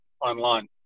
online